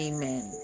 Amen